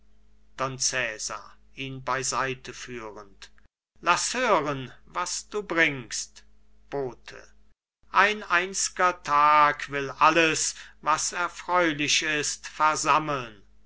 cesar ihn bei seite führend laß hören was du bringst bote ein einz'ger tag will alles was erfreulich ist versammeln